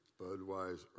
Budweiser